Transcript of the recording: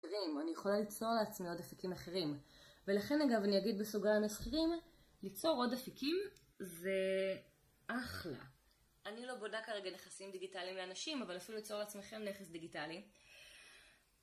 אני יכולה ליצור לעצמי עוד עפקים אחרים ולכן אגב אני אגיד בסוגר האנש אחרים ליצור עוד עפקים זה... אחלה אני לא בודה כרגע נכסים דיגיטליים לאנשים אבל אפילו ליצור לעצמכם נכס דיגיטלי